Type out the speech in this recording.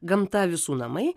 gamta visų namai